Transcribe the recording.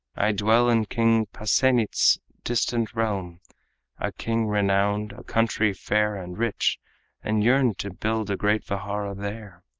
i dwell in king pasenit's distant realm a king renowned, a country fair and rich and yearn to build a great vihara there.